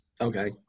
Okay